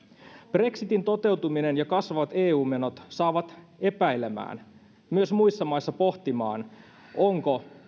brexitin toteutuminen ja kasvavat eu menot saavat epäilemään ja myös muissa maissa pohtimaan onko